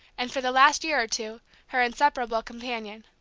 and for the last year or two her inseparable companion.